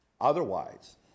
Otherwise